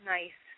Nice